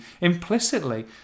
implicitly